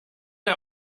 der